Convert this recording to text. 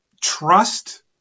trust